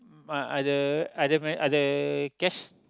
um uh other other other cash